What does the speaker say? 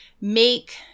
make